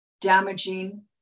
damaging